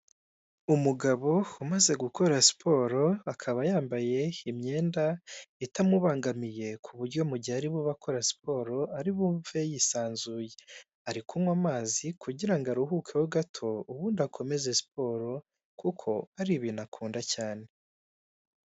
Umugabo umaze gukora siporo akaba yambaye imyenda itamubangamiye ku buryo mu gihe ari bube akora siporo ari bwumve yisanzuye ari kunywa amazi kugira ngo aruhuke ho gato ubundi akomeze siporo kuko ari ibintu akunda cyane.